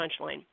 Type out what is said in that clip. punchline